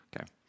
Okay